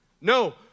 No